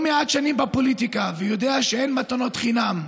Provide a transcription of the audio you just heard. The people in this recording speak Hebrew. אני לא מעט שנים בפוליטיקה ויודע שאין מתנות חינם,